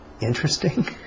interesting